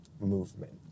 movement